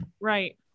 Right